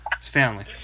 Stanley